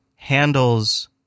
handles